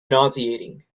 nauseating